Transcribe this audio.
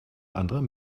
anderer